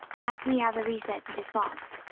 last we have a reset to defaults,